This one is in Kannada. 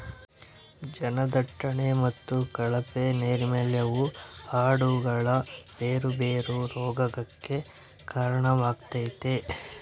ಜನದಟ್ಟಣೆ ಮತ್ತೆ ಕಳಪೆ ನೈರ್ಮಲ್ಯವು ಆಡುಗಳ ಬೇರೆ ಬೇರೆ ರೋಗಗಕ್ಕ ಕಾರಣವಾಗ್ತತೆ